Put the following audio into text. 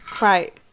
Right